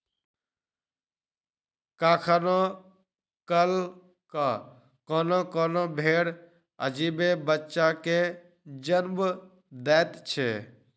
कखनो काल क कोनो कोनो भेंड़ अजीबे बच्चा के जन्म दैत छै